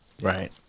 Right